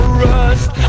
rust